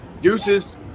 Deuces